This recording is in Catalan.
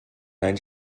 anys